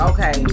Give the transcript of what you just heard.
Okay